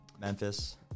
Memphis